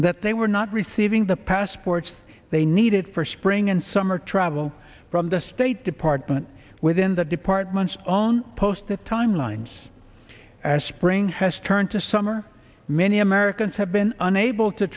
that they were not receiving the passports they needed for spring and summer travel from the state department within the department's own post the timelines as spring has turned to summer many americans have been unable to